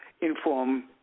inform